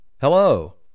Hello